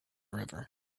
river